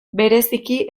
bereziki